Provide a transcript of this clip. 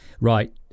Right